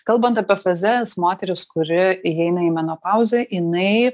kalbant apie fazes moteris kuri įeina į menopauzę jinai